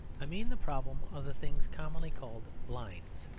i mean the problem of the things commonly called blinds.